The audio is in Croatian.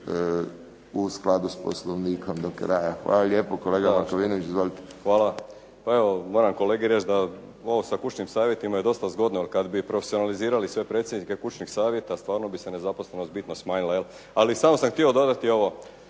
u skladu s Poslovniku do kraja. Hvala lijepo kolega Markovinović. Izvolite. **Markovinović, Krunoslav (HDZ)** Hvala. Pa evo, moram kolegi reći da ovo sa kućnim savjetima je dosta zgodno jer kad bi profesionalizirali sve predsjednike kućnih savjeta, stvarno bi se nezaposlenost bitno smanjila, je li. Ali samo sam htio dodati ovo.